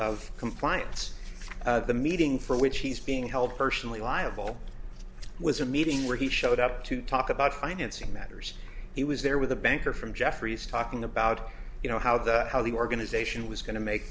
of compliance the meeting for which he's being held personally liable was a meeting where he showed up to talk about financing matters he was there with the banker from jefferies talking about you know how that how the organization was going to make